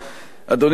אדוני היושב-ראש,